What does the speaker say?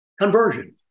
Conversion